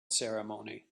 ceremony